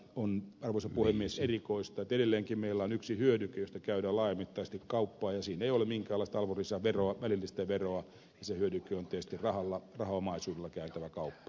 on arvoisa puhemies erikoista että edelleenkin meillä on yksi hyödyke josta käydään laajamittaisesti kauppaa ja jossa ei ole minkäänlaista arvonlisäveroa välillistä veroa ja se hyödyke on tietysti rahaomaisuudella käytävä kauppa